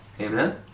Amen